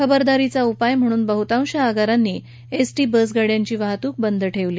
खबरदारीचा उपाय म्हणून बह्तांश आगारांनी एसटी बसेसची वाहतूक बंद ठेवली